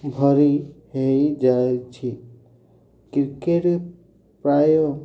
ଭରି ହେଇଯାଇଛି କ୍ରିକେଟ୍ ପ୍ରାୟ